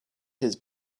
his